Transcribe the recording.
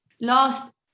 last